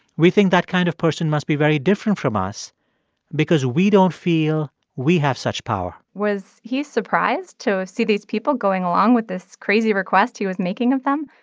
we think that kind of person must be very different from us because we don't feel we have such power was he surprised to see these people going along with this crazy request he was making of them?